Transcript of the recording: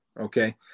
Okay